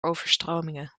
overstromingen